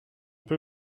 peu